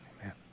Amen